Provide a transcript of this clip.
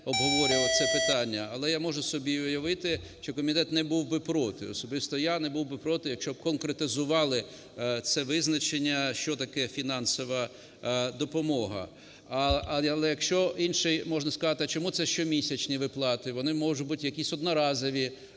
обговорював це питання, але я можу це собі уявити, що комітет не був би проти. Особисто я не був би проти, якщо б конкретизували це визначення, що таке "фінансова допомога". Але якщо інше, можна сказати, а чому це щомісячні виплати? Вони можуть бути якісь одноразові